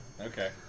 Okay